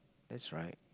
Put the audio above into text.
that's right